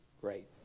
Great